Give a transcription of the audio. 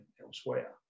elsewhere